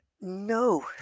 No